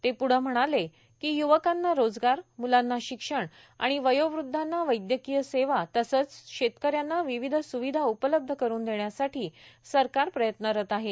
ते पुढं म्हणाले की युवकांना रोजगार मुलांना शिक्षण आणि वयोवध्दांना वैद्यकीय सेवा तसंच शेतक यांना विविध स्विधा उपलब्ध करून देण्यासाठी सरकार प्रयत्नरत आहे